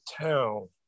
town